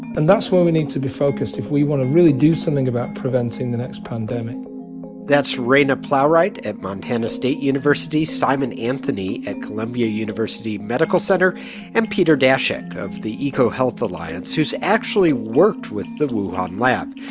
and that's where we need to be focused if we want to really do something about preventing the next pandemic that's raina plowright at montana state university, simon anthony at columbia university medical center and peter daszak of the ecohealth alliance, who's actually worked with the wuhan lab.